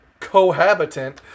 cohabitant